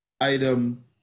item